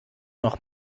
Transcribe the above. noch